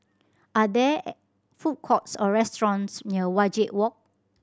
are there food courts or restaurants near Wajek Walk